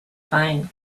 find